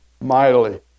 mightily